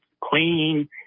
clean